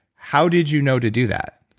how did you know to do that?